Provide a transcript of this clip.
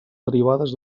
derivades